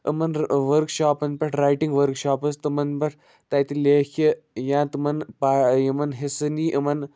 یِمن رٕ ؤرٕک شاپن پٮ۪ٹھ رایٹِنٛگ ؤرک شاپٕز تِمن پٮ۪ٹھ تَتہِ لٮ۪کھِ یا تِمن پا یِمن حِصہٕ نی یِمن